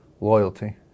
Loyalty